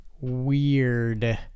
weird